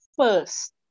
first